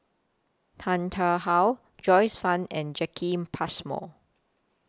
Tan Tarn How Joyce fan and Jacki Passmore